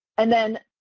and then